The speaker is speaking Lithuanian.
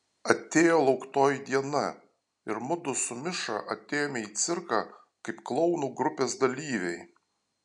atėjo lauktoji diena ir mudu su miša atėjome į cirką kaip klounų grupės dalyviai